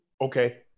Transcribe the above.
Okay